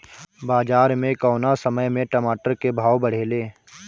बाजार मे कौना समय मे टमाटर के भाव बढ़ेले?